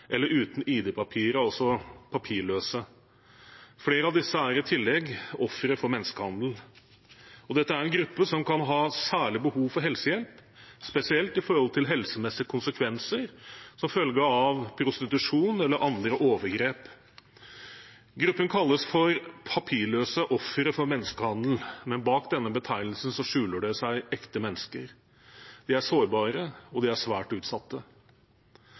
eller uten ID-papirer, altså papirløse. Flere av disse er i tillegg ofre for menneskehandel. Dette er en gruppe som kan ha særlig behov for helsehjelp, spesielt med hensyn til helsemessige konsekvenser som følge av prostitusjon eller andre overgrep. Gruppen kalles for papirløse ofre for menneskehandel, men bak denne betegnelsen skjuler det seg ekte mennesker. De er sårbare, og de er svært utsatte.